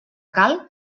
cal